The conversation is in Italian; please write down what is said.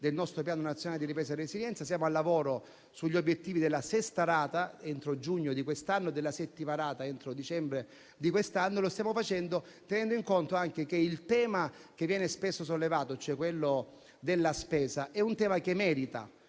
del nostro Piano nazionale di ripresa e resilienza. Siamo al lavoro sugli obiettivi della sesta rata entro giugno di quest'anno e della settima rata entro dicembre di quest'anno. Lo stiamo facendo tenendo in conto anche che il tema che viene spesso sollevato, quello della spesa, è un tema che merita